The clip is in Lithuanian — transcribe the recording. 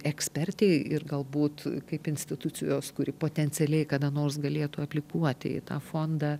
ekspertei ir galbūt kaip institucijos kuri potencialiai kada nors galėtų aplikuoti į tą fondą